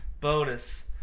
Bonus